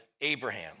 Abraham